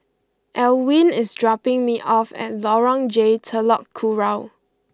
Elwin is dropping me off at Lorong J Telok Kurau